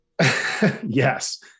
Yes